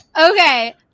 Okay